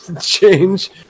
change